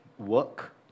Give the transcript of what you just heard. work